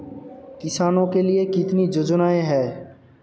किसानों के लिए कितनी योजनाएं हैं?